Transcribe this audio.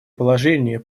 положение